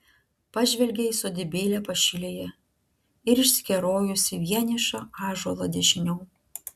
pažvelgė į sodybėlę pašilėje į išsikerojusį vienišą ąžuolą dešiniau